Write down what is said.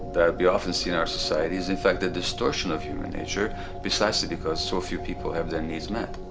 that we often see in our society, is in fact, a distortion of human nature precisely because so few people have their needs met.